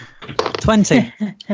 Twenty